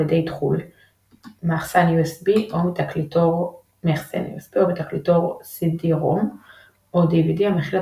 ידי אתחול מהחסן USB או מתקליטור CD-ROM או DVD המכיל את